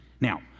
Now